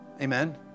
Amen